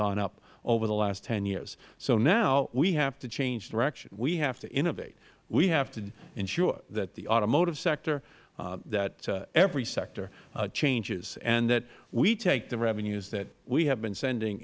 gone up over the last ten years so now we have to change direction we have to innovate we have to ensure that the automotive sector that every sector changes and that we take the revenues that we have been sending